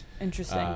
interesting